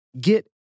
get